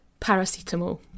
paracetamol